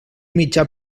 mitjà